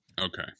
Okay